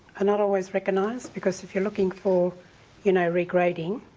are not always recognised, because if you're looking for you know regrading,